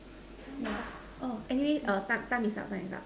yeah anyway time time is up time is up